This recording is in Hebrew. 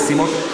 למשימות.